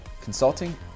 consulting